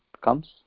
comes